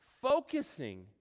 Focusing